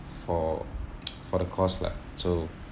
for for the cause lah so